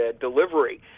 delivery